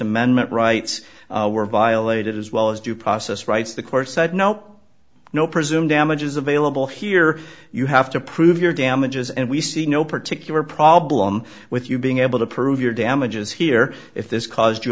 amendment rights were violated as well as due process rights the court said now no presumed damages available here you have to prove your damages and we see no particular problem with you being able to prove your damages here if this caused you